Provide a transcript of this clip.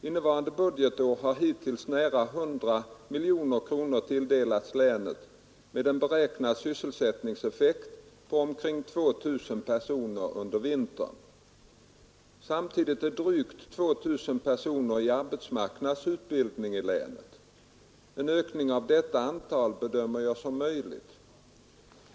Innevarande budgetår har hittills nära 100 miljoner kronor tilldelats länet med en beräknad sysselsättningseffekt på omkring 2 000 personer under vintern. Samtidigt är drygt 2 000 personer i arbetsmarknadsutbildning i länet. En ökning av detta antal bedömer jag som möjlig.